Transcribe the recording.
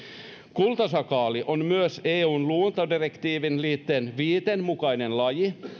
kultasakaali on myös eun luontodirektiivin liitteen viiden mukainen laji